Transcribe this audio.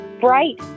bright